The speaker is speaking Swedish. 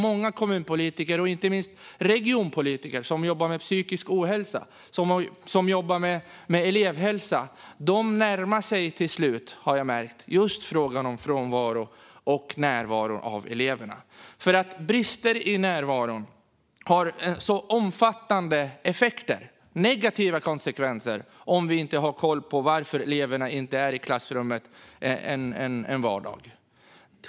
Många kommun och regionpolitiker som jobbar med frågor om psykisk ohälsa och elevhälsa närmar sig till slut frågan om elevers närvaro och frånvaro. Eftersom brister i närvaron får omfattande negativa konsekvenser måste vi ha koll på varför eleverna inte är i klassrummet en vardag.